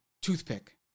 toothpick